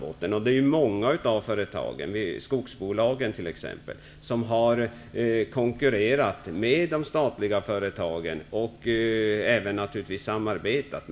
Många av de privata företagen, skogsbolagen t.ex., har konkurrerat med statliga företag och naturligtvis även samarbetat.